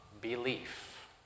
belief